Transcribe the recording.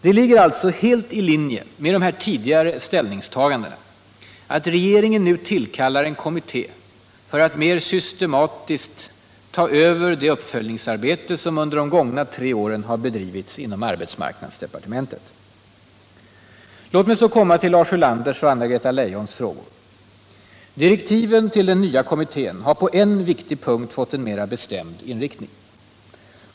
Det ligger således helt i linje med dessa tidigare ställningstaganden att regeringen nu tillkallar en kommitté för att mer systematiskt ta över det uppföljningsarbete som under de gångna tre åren har bedrivits inom arbetsmarknadsdepartementet. Låt mig så komma till Lars Ulanders och Anna-Greta Leijons frågor. Direktiven till den nya kommittén har på en viktig punkt fått en mera bestämd inriktning.